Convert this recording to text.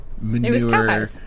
manure